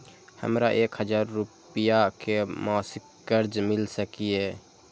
हमरा एक हजार रुपया के मासिक कर्ज मिल सकिय?